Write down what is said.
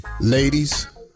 Ladies